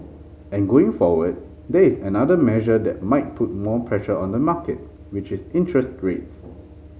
and going forward there is another measure that might put more pressure on the market which is interest grates